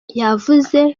yavuze